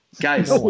Guys